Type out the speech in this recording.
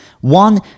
One